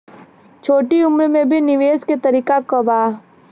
छोटी उम्र में भी निवेश के तरीका क बा?